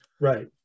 Right